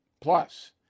Plus